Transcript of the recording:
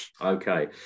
okay